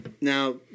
Now